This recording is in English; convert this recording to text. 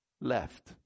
left